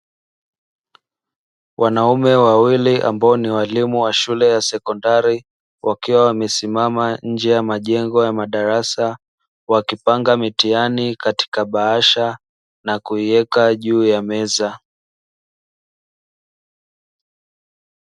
Wanaume wawili ambao ni waalimu wa shule ya sekondari wakiwa wamesimama nje ya majengo ya madarasa wakipanga mitihani katika bahasha na kuiweka juu ya meza.